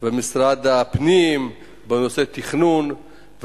ומשרד הפנים בנושא תכנון,